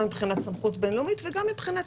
גם מבחינת סמכות בין-לאומית וגם מבחינת